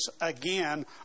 again